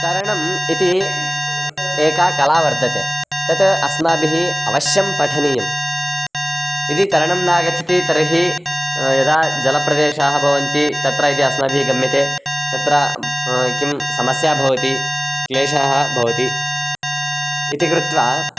तरणम् इति एका कला वर्तते तत् अस्माभिः अवश्यं पठनीयं यदि तरणं न आगच्छति तर्हि यदा जलप्रदेशाः भवन्ति तत्र इति अस्माभिः गम्यते तत्र किं समस्या भवति क्लेशः भवति इति कृत्वा